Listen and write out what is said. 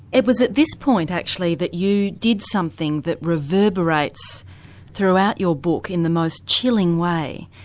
it was at this point actually that you did something that reverberates throughout your book in the most chilling way,